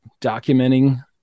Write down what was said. documenting